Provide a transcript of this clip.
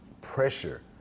pressure